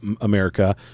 America